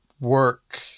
work